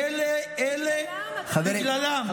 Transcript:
אלה, בגללם?